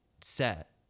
set